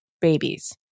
babies